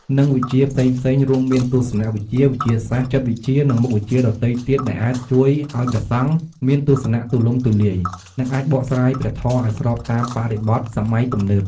និងវិជ្ជាផ្សេងៗ រួមមានទស្សនវិជ្ជា វិទ្យាសាស្ត្រ ចិត្តវិទ្យា និងមុខវិជ្ជាដទៃទៀតដែលអាចជួយឱ្យព្រះសង្ឃមានទស្សនៈទូលំទូលាយ និងអាចបកស្រាយព្រះធម៌ឱ្យស្របតាមបរិបទសម័យទំនើប។